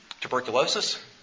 tuberculosis